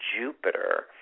Jupiter